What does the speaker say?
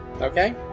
okay